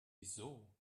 wieso